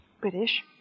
British